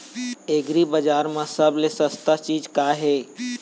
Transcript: एग्रीबजार म सबले सस्ता चीज का ये?